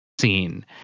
scene